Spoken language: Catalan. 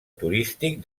turístic